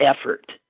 effort